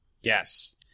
Yes